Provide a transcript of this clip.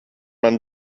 man